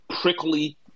prickly